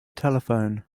telephone